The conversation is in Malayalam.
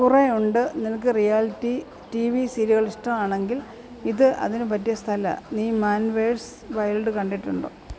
കുറേ ഉണ്ട് നിനക്ക് റിയാലിറ്റി ടി വി സീരിയലുകളിഷ്ടവാണെങ്കിൽ ഇത് അതിന് പറ്റിയ സ്ഥലാമാണ് നീ മാൻ വേഴ്സ് വൈൽഡ് കണ്ടിട്ടുണ്ടോ